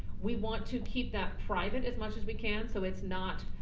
we want to keep that private as much as we can so it's not